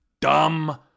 dumb